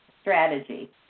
strategy